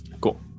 cool